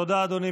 תודה, אדוני.